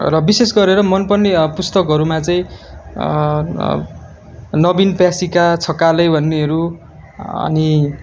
र विशेष गरेर मनपर्ने पुस्तकहरूमा चाहिँ नबिन प्यासिका छ काले भन्नेहरू अनि